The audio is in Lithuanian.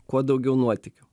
kuo daugiau nuotykių